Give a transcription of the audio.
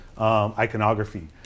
iconography